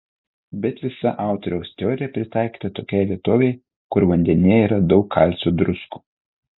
bet visa autoriaus teorija pritaikyta tokiai vietovei kur vandenyje yra daug kalcio druskų